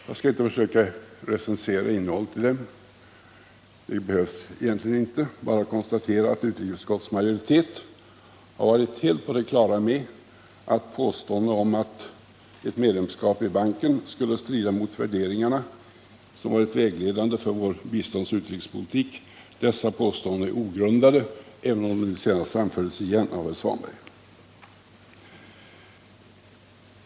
Jag skall inte försöka recensera innehållet i dem — det behövs egentligen inte — utan bara konstatera att utrikesutskottets majoritet har varit helt på det klara med att påståenden om att ett medlemskap i banken skulle strida mot de värderingar som varit vägledande för vår biståndsoch utrikespolitik är ogrundade, även om de nu återigen framfördes av herr Svanberg.